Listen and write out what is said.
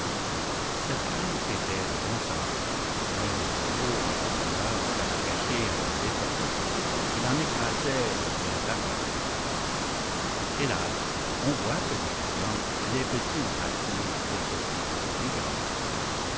cette crainte était de bon sens l'un des taureaux en leur demeure s'alla cacher à leurs dépens il en écrasait vingt par heure hélas on voit que de tout temps les petits ont pâti des sottises des grands